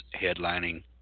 headlining